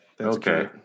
Okay